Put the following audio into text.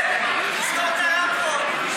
תסגור את הרמקול.